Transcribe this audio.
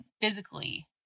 physically